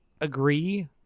agree